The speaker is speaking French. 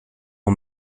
mon